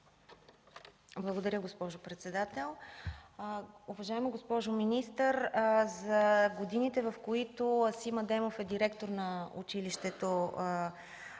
Благодаря, господин председател.